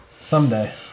someday